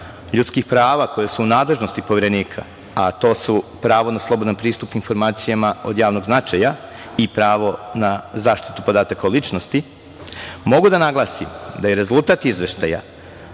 ljudskih prava koje su u nadležnosti Poverenika, a to su pravo na slobodan pristup informacijama od javnog značaja i pravo na zaštitu podataka o ličnosti, mogu da naglasim da je rezultat Izveštaja